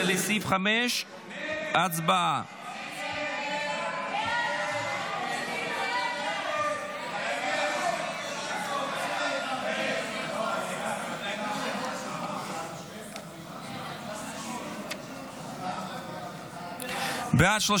16, לסעיף 5. הצבעה.